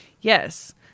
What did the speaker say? Yes